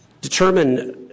determine